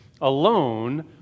alone